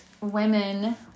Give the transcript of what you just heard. women